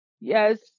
Yes